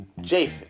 Japheth